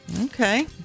Okay